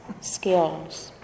skills